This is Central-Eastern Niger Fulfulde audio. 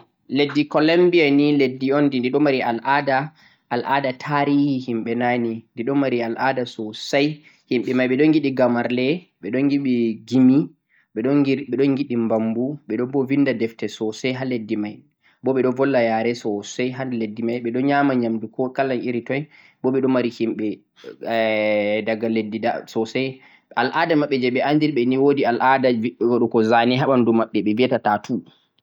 leddi Colombia ni leddi un bo de ɗiɗo mari al'ada, al'ada tarihi himɓe na'ne, de ɗon mari al'ada sosai, himɓe mai ɓe ɗon giɗi gamarle, ɓe ɗon giɗi gimi, ɓe ɗon giɗi be ɗon giɗi mbambu, ɓe bo vinda defte sosai ha leddi mai. Bo ɓe ɗo volla yare sosai ha leddi mai, ɓe ƴama ƴamdu ko kala iri toi, bo ɓe ɗo mari himɓe eh daga leddi sosai, al'ada maɓɓe je ɓe andiri ɓe ni wo'di al'ada waɗugo za ne ha ɓandu maɓɓe, ɓe viyata tattoo.